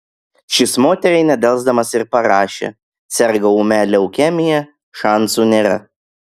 šis moteriai nedelsdamas ir parašė serga ūmia leukemija šansų nėra